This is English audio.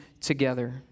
together